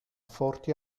forti